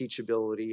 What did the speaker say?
teachability